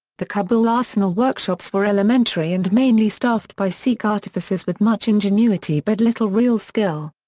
the kabul arsenal workshops were elementary and mainly staffed by sikh artificers with much ingenuity but little real skill.